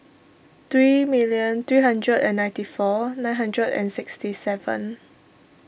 three million three hundred and ninety four nine hundred and sixty seven